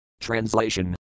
Translation